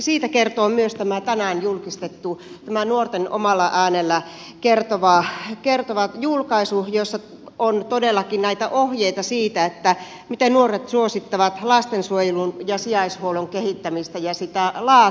siitä kertoo myös tämä tänään julkistettu nuorten omalla äänellä kertova julkaisu jossa on todellakin näitä ohjeita siitä miten nuoret suosittavat lastensuojelun ja sijaishuollon kehittämistä ja sitä laatua